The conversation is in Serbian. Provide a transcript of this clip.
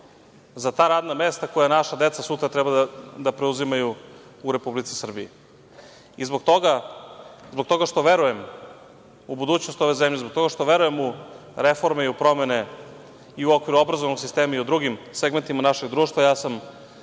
za ta radna mesta koja naša deca sutra treba da preuzimaju u Republici Srbiji. Zbog toga što verujem u budućnost ove zemlje, zbog toga što verujem u reforme i u promene i u okviru obrazovnog sistema i u drugim segmentima našeg društva,